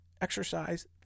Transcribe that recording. exercise